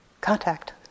Contact